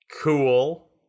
cool